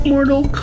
Mortal